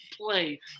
play